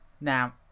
Now